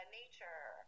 nature